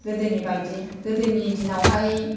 गोदोनिबायदि गोदोनि दिनावहाय